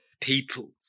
people